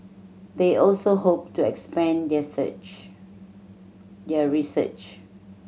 they also hope to expand their search their research